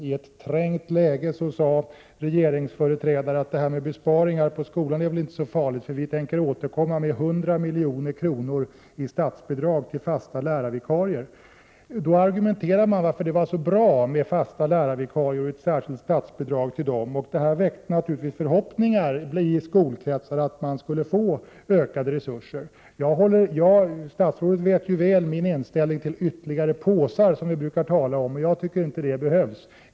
I ett trängt läge sade regeringsföreträdare att detta med besparingar på skolan inte kunde vara så farligt, för regeringen tänkte återkomma med förslag om 100 milj.kr. i statsbidrag till tjänster för fasta lärarvikarier. Då argumenterade man för att det var så bra med fasta lärarvikarier och sade att ett särskilt statsbidrag skulle utgå till dem. Detta väckte förhoppningar i skolkretsar om att man skulle få ökade resurser. Statsrådet vet väl min inställning till ytterligare ”påsar” som vi brukar tala om. Jag tycker inte det behövs.